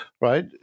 right